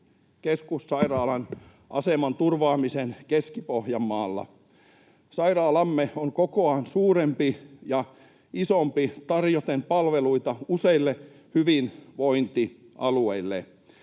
keskussairaalan aseman turvaamisen Keski-Pohjanmaalla. Sairaalamme on kokoaan suurempi ja isompi tarjoten palveluita useille hyvinvointialueille.